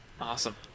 Awesome